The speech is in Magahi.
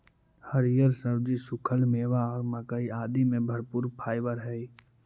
हरिअर सब्जि, सूखल मेवा और मक्कइ आदि में भरपूर फाइवर हई